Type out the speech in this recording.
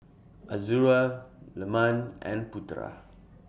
Azura Leman and Putera